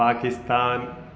Pakistan